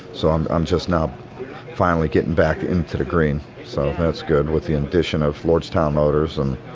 so i'm i'm just now finally gettin' back into the green. so that's good, with the addition of lordstown motors and,